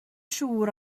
siŵr